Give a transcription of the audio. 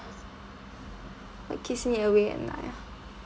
what keeps me awake at night ah